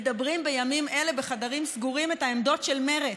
מדברים בימים אלה בחדרים סגורים את העמדות של מרצ.